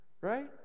Right